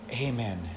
Amen